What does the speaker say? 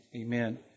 amen